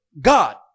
god